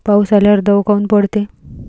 पाऊस आल्यावर दव काऊन पडते?